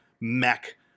mech